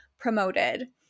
promoted